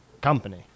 company